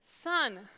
son